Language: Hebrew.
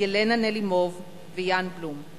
ילנה נלימוב ויאן בלום.